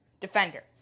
defender